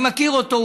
אני מכיר אותו,